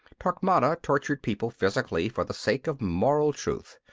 torquemada tortured people physically for the sake of moral truth.